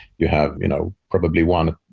you have you know probably one,